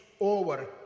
over